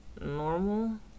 normal